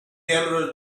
emerald